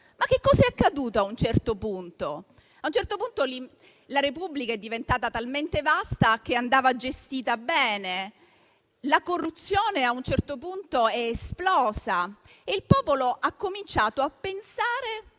ma che cos'è accaduto a un certo punto? A un certo punto, la repubblica è diventata talmente vasta che andava gestita bene, la corruzione è esplosa e il popolo ha cominciato a pensare